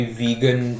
vegan